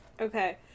okay